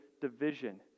division